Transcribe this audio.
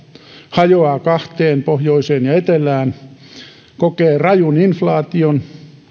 hajoaa kahteen pohjoiseen ja etelään kokee rajun inflaation